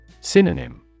Synonym